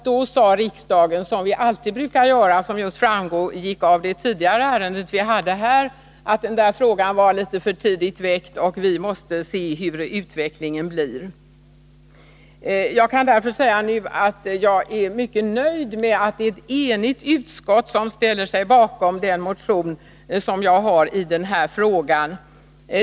Då sade riksdagen som riksdagen brukar göra i sådana sammanhang — det framgick av ett tidigare ärende i dag — att frågan var för tidigt väckt och att vi måste avvakta utvecklingen. Jag är mycket nöjd med att ett enigt utskott nu ställt sig bakom den motion som jag har väckt i den här frågan.